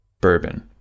bourbon